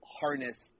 harness